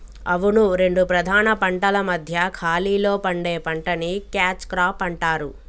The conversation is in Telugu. అవును రెండు ప్రధాన పంటల మధ్య ఖాళీలో పండే పంటని క్యాచ్ క్రాప్ అంటారు